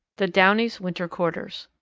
the downy's winter quarters.